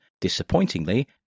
Disappointingly